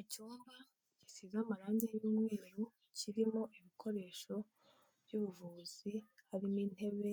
Icyumba gisigaze amarangi y'umweru, kirimo ibikoresho by'ubuvuzi, harimo intebe